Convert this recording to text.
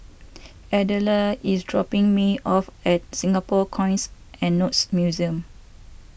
Adella is dropping me off at Singapore Coins and Notes Museum